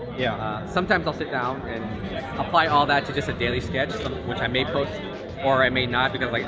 yeah sometimes, i'll sit down and apply all that to just a daily sketch which i may post or i may not because like